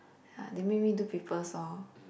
ah they make me do papers lor